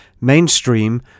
mainstream